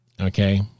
Okay